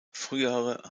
frühere